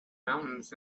mountains